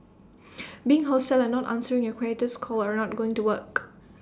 being hostile and not answering your creditor's call are not going to work